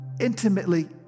intimately